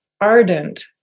ardent